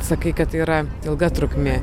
sakai kad tai yra ilga trukmė